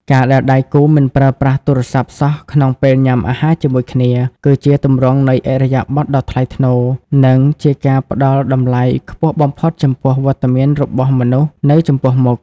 ការដែលដៃគូមិនប្រើប្រាស់ទូរស័ព្ទសោះក្នុងពេលញ៉ាំអាហារជាមួយគ្នា គឺជាទម្រង់នៃឥរិយាបថដ៏ថ្លៃថ្នូរ និងជាការផ្ដល់តម្លៃខ្ពស់បំផុតចំពោះវត្តមានរបស់មនុស្សនៅចំពោះមុខ។